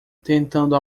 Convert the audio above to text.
tentando